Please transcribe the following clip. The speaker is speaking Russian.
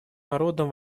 народам